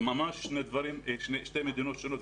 ממש שתי מדינות שונות.